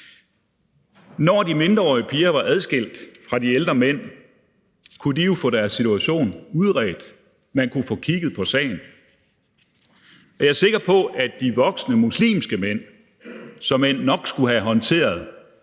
Når de mindreårige piger var adskilt fra de ældre mænd, kunne de jo få deres situation udredt. Man kunne få kigget på sagen. Og jeg er sikker på, at de voksne muslimske mænd såmænd nok skulle have håndteret